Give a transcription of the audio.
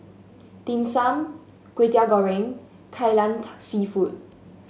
Dim Sum Kwetiau Goreng Kai Lan seafood